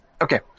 Okay